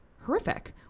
horrific